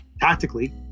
tactically